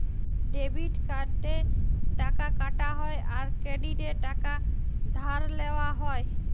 debit কার্ডে টাকা কাটা হ্যয় আর ক্রেডিটে টাকা ধার লেওয়া হ্য়য়